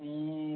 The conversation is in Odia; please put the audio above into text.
ହୁଁ